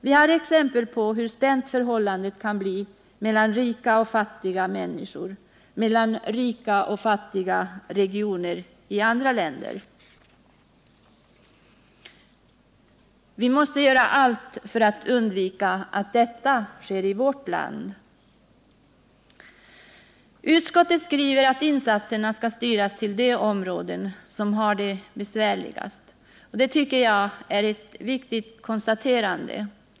Vi har exempel på hur spänt förhållandet kan bli mellan rika och fattiga människor och mellan rika och fattiga regioner i andra länder. Vi måste göra allt för att undvika att detta sker i vårt land. Utskottet skriver att insatserna skall styras till de områden som har det besvärligast. Jag tycker det är ett viktigt konstaterande.